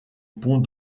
pont